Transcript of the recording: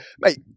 Mate